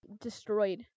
destroyed